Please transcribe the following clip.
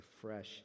fresh